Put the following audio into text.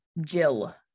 Jill